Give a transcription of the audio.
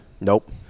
Nope